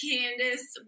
Candace